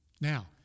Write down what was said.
Now